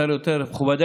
תתאפשר